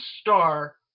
star